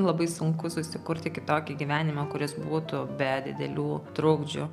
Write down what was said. labai sunku susikurti kitokį gyvenimą kuris būtų be didelių trukdžių